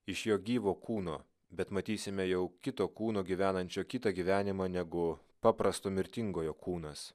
iš jo gyvo kūno bet matysime jau kito kūno gyvenančio kitą gyvenimą negu paprasto mirtingojo kūnas